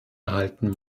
erhalten